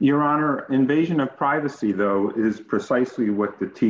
your honor an invasion of privacy though is precisely what the t